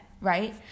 right